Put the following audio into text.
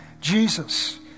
Jesus